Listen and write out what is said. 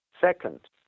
Second